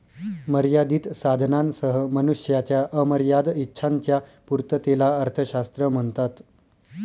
मर्यादित साधनांसह मनुष्याच्या अमर्याद इच्छांच्या पूर्ततेला अर्थशास्त्र म्हणतात